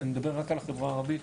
אני מדבר רק על החברה הערבית,